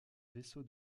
vaisseau